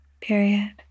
period